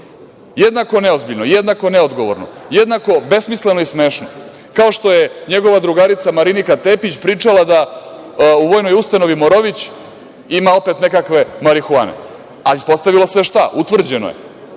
Jednako neozbiljno, jednako neodgovorno, jednako besmisleno i smešno, kao što je njegova drugarica Marinika Tepić pričala da u Vojnoj ustanovi „Morović“ ima opet nekakve marihuane. Ispostavilo se šta? Utvrđeno